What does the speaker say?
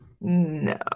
No